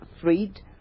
freed